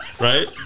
right